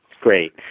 Great